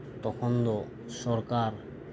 ᱛᱚᱠᱷᱚᱱ ᱫᱚ ᱥᱚᱨᱠᱟᱨ